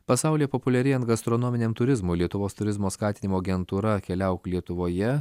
pasaulyje populiarėjant gastronominiam turizmui lietuvos turizmo skatinimo agentūra keliauk lietuvoje